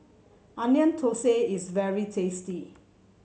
Onion Thosai is very tasty